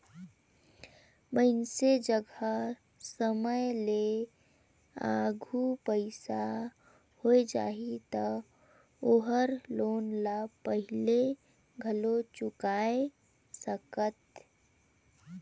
मइनसे जघा समे ले आघु पइसा होय जाही त ओहर लोन ल पहिले घलो चुकाय सकथे